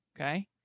Okay